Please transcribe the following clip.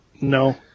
no